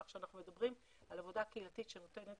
כך שאנחנו מדברים על עבודה קהילתית שנותנת